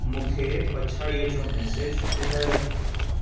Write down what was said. मूंखे पछाड़ीअ जो मैसेज ॿुधायो